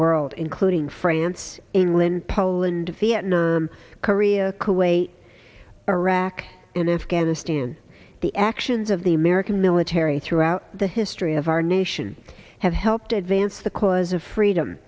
world including france england poland vietnam korea kuwait iraq and afghanistan the actions of the american military throughout the history of our nation have helped advance the cause of freedom